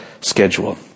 schedule